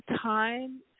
time